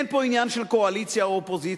אין פה עניין של קואליציה או אופוזיציה,